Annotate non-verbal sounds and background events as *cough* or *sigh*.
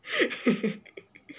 *laughs*